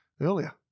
earlier